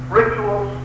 rituals